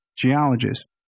geologist